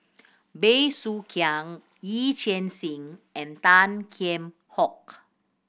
Bey Soo Khiang Yee Chia Hsing and Tan Kheam Hock